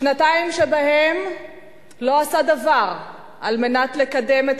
שנתיים שבהן לא עשה דבר על מנת לקדם את